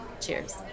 Cheers